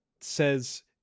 says